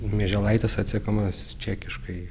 mieželaitis atsekamas čekiškai